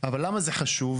אבל למה זה חשוב?